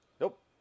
nope